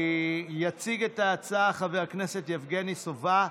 יציג את ההצעה חבר הכנסת יבגני סובה.